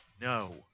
no